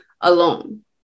alone